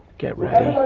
get ready.